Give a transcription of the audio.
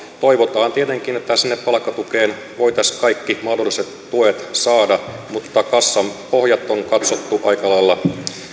toivotaan tietenkin että sinne palkkatukeen voitaisiin kaikki mahdolliset tuet saada mutta kassan pohjat on katsottu aika lailla